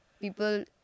people